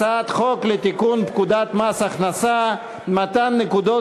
הצעת חוק לתיקון פקודת מס הכנסה (מתן נקודות